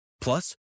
Plus